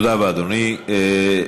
תודה רבה, אדוני.